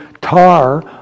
tar